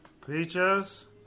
creatures